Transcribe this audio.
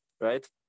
right